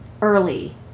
early